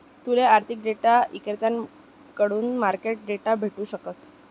तूले आर्थिक डेटा इक्रेताकडथून मार्केट डेटा भेटू शकस